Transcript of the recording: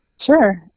Sure